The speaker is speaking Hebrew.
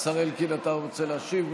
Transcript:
השר אלקין, אתה רוצה להשיב?